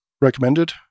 recommended